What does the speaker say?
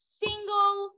single